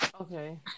Okay